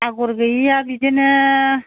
आगर गैयैया बिदिनो